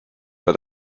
pas